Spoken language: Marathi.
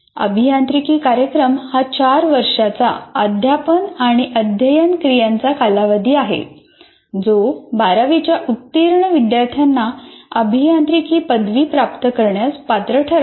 अभियांत्रिकी कार्यक्रम हा चार वर्षाचा अध्यापन व अध्ययन क्रियांचा कालावधी आहे जो बारावीच्या उत्तीर्ण विद्यार्थ्यांना अभियांत्रिकी पदवी प्राप्त करण्यास पात्र ठरवतो